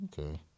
Okay